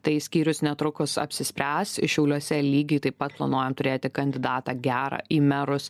tai skyrius netrukus apsispręs šiauliuose lygiai taip pat planuojam turėti kandidatą gerą į merus